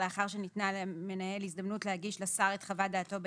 לאחר שניתנה למנהל הזדמנות להגיש לשר את חוות דעתו בעניין,